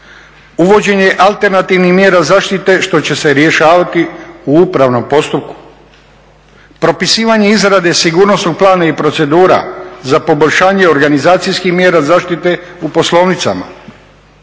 Uvođenje alternativnih mjera zaštite što će se rješavati u upravnom postupku. Propisivanje izrade sigurnosnog plana i procedura za poboljšanje organizacijskih mjera zaštite u poslovnicama,